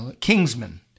Kingsman